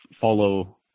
follow